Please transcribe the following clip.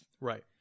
Right